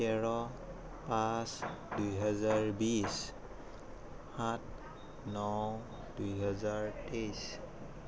তেৰ পাঁচ দুই হাজাৰ বিছ সাত ন দুই হাজাৰ তেইছ